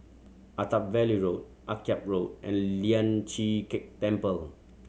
Attap Valley Road Akyab Road and Lian Chee Kek Temple